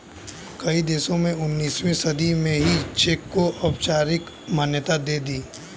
कई देशों ने उन्नीसवीं सदी में ही चेक को औपचारिक मान्यता दे दी